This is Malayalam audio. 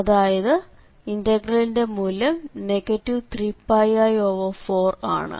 അതായത് ഇന്റഗ്രലിന്റെ മൂല്യം 3πi4 ആണ്